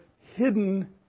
hidden